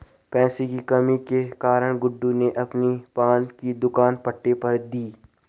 पैसे की कमी के कारण गुड्डू ने अपने पान की दुकान पट्टे पर दी